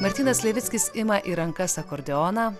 martynas levickis ima į rankas akordeoną